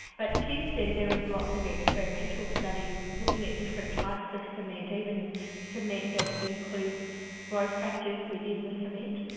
but since then there are lots of experimental studies looking at different types of cement, even cement that includes growth factors within the cement.